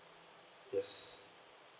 yes